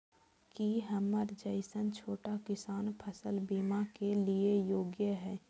की हमर जैसन छोटा किसान फसल बीमा के लिये योग्य हय?